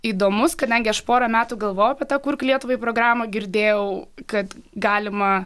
įdomus kadangi aš porą metų galvojau apie tą kurk lietuvai programą girdėjau kad galima